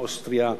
אוסטריה,